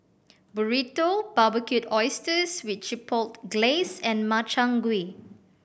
Burrito Barbecued Oysters with Chipotle Glaze and Makchang Gui